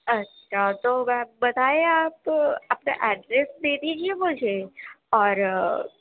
اچھا تو میم بتائیں آپ اپنا ایڈریس دے دیجیے مجھے اور